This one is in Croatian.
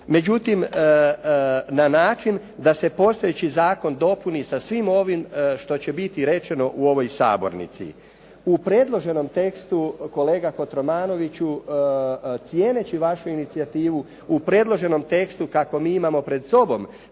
međutim na način da se postojeći zakon dopuni sa svim ovim što će biti rečeno u ovoj sabornici. U predloženom tekstu, kolega Kotromanoviću, cijeneći vašu inicijativu u predloženom tekstu kako mi imamo pred sobom,